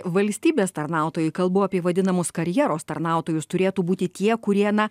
valstybės tarnautojai kalbu apie vadinamus karjeros tarnautojus turėtų būti tie kurie na